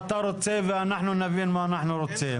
אתה רוצה ואנחנו נבין מה אנחנו רוצים.